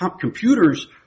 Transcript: Computers